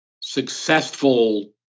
successful